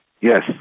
Yes